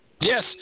Yes